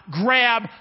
grab